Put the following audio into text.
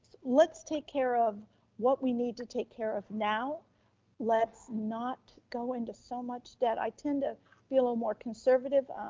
let's take care of what we need to take care of now let's not go into so much debt. i tend to be a little more conservative.